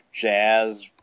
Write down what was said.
Jazz